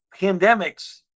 pandemics